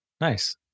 nice